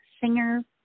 singer